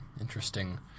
Interesting